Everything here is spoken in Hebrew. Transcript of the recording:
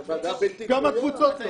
אני רוצה